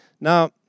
Now